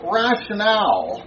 rationale